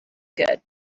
good